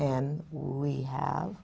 and we have